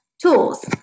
Tools